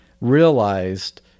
realized